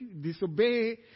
disobey